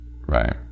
right